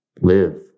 live